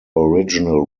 original